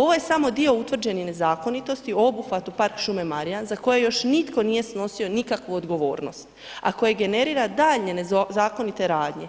Ovo je samo dio utvrđenih nezakonitosti u obuhvatu Park šume Marjan za koje još nitko nije snosio nikakvu odgovornost, a koje generira daljnje nezakonite radnje